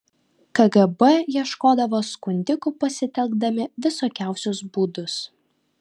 kgb ieškodavo skundikų pasitelkdami visokiausius būdus